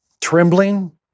trembling